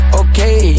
okay